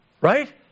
Right